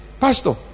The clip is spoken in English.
Pastor